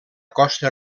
costa